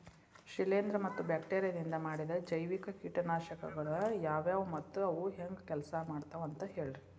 ಶಿಲೇಂಧ್ರ ಮತ್ತ ಬ್ಯಾಕ್ಟೇರಿಯದಿಂದ ಮಾಡಿದ ಜೈವಿಕ ಕೇಟನಾಶಕಗೊಳ ಯಾವ್ಯಾವು ಮತ್ತ ಅವು ಹೆಂಗ್ ಕೆಲ್ಸ ಮಾಡ್ತಾವ ಅಂತ ಹೇಳ್ರಿ?